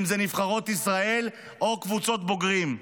אם זה נבחרות ישראל או קבוצות בוגרים.